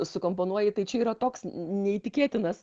sukomponuoji tai čia yra toks neįtikėtinas